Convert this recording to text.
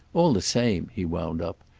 all the same, he wound up,